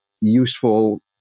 useful